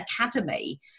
academy